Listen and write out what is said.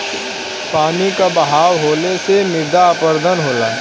पानी क बहाव होले से मृदा अपरदन होला